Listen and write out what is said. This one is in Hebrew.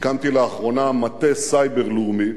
הקמתי לאחרונה מטה סייבר לאומי.